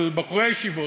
אבל בחורי הישיבות,